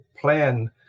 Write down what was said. plan